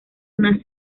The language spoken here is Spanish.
una